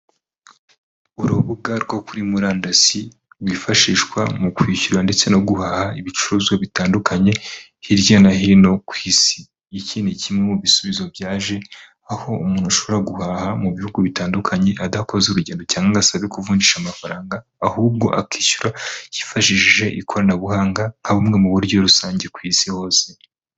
Urubuga rwo kuri murandasi, rwifashishwa mu kwishyura ndetse no guhaha ibicuruzwa bitandukanye hirya no hino ku Isi, iki ni kimwe mu bisubizo byaje, aho umuntu ashobora guhaha mu bihugu bitandukanye adakoze urugendo cyangwa ngo asabwe kuvunjisha amafaranga, ahubwo akishyura yifashishije ikoranabuhanga nka bumwe mu buryo rusange ku Isi hose.